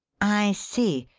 i see,